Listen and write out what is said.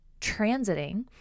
transiting